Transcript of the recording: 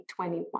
2021